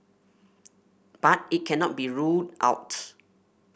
but it cannot be ruled out